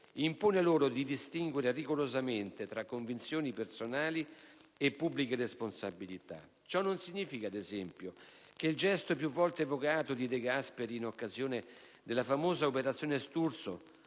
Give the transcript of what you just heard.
impone loro di distinguere rigorosamente tra convinzioni personali e pubbliche responsabilità. Ciò non significa, ad esempio, che il gesto di De Gasperi più volte evocato, in occasione della famosa "Operazione Sturzo",